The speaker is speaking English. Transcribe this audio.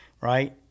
right